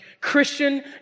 Christian